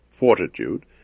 fortitude